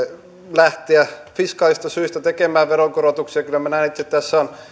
lähteä fiskaalisista syistä tekemään veronkorotuksia kyllä minä näen että tässä on